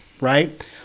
Right